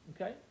Okay